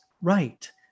right